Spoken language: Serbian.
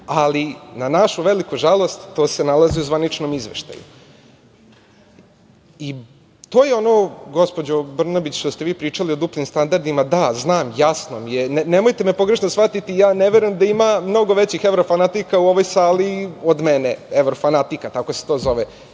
ali na našu veliku žalost, to se nalazi u zvaničnom izveštaju. To je ono, gospođo Brnabić, što ste vi pričali o duplim standardima. Da, znam, jasno mi je, nemojte me pogrešno shvatiti, ja ne verujem da ima mnogo većih evrofanatika u ovoj sali od mene, evrofanatika, tako se to zove.